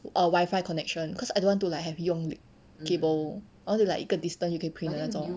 err wifi connection cause I don't want to like have 用 like cable I want to like 一个 distance you can print 的那种